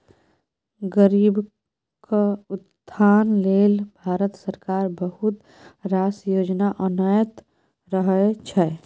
गरीबक उत्थान लेल भारत सरकार बहुत रास योजना आनैत रहय छै